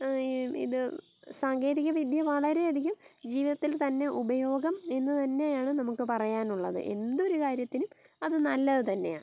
ഇത് സാങ്കേതിക വിദ്യ വളരെയധികം ജീവിതത്തിൽ തന്നെ ഉപയോഗം എന്ന് തന്നെയാണ് നമുക്ക് പറയാനുള്ളത് എന്തൊരു കാര്യത്തിനും അത് നല്ലത് തന്നെയാണ്